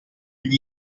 gli